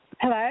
Hello